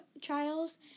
trials